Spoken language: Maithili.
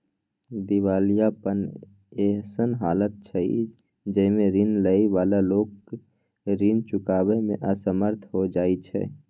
दिवालियापन एहन हालत छइ जइमे रीन लइ बला लोक रीन चुकाबइ में असमर्थ हो जाइ छै